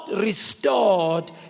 restored